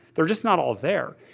they're just not all there.